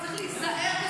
--- צריך להיזהר,